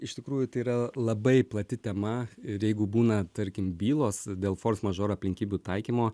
iš tikrųjų tai yra labai plati tema ir jeigu būna tarkim bylos dėl fors mažor aplinkybių taikymo